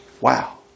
Wow